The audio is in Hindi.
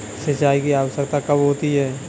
सिंचाई की आवश्यकता कब होती है?